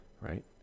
Right